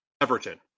Everton